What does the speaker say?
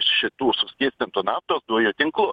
šitų su tiek ten tų naftos dujų tinklu